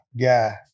guy